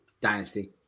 Dynasty